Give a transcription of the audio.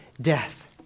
death